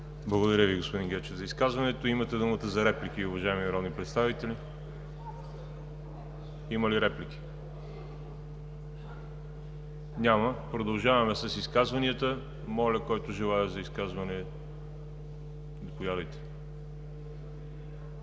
Благодаря Ви, господин Гечев, за изказването. Имате думата за реплики, уважаеми народни представители. Има ли реплики? Няма. Продължаваме с изказванията. За изказване – заповядайте,